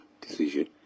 decision